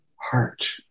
heart